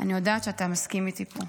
אני יודעת שאתה מסכים איתי פה.